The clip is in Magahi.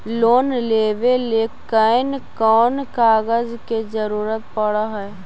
लोन लेबे ल कैन कौन कागज के जरुरत पड़ है?